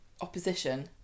opposition